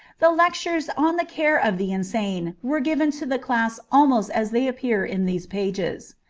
the lectures on the care of the insane were given to the class almost as they appear in these pages.